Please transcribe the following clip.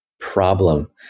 problem